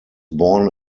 born